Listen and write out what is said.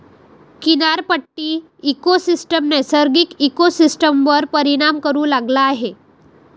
किनारपट्टी इकोसिस्टम नैसर्गिक इकोसिस्टमवर परिणाम करू लागला आहे